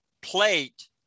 plate